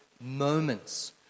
moments